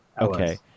Okay